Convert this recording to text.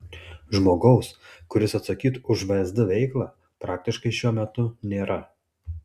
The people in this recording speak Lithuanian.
žmogaus kuris atsakytų už vsd veiklą praktiškai šiuo metu nėra